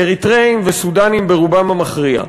אריתריאים וסודאנים ברובם המכריע,